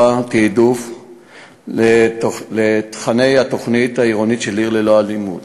תעדוף לתוכני התוכנית העירונית של "עיר ללא אלימות".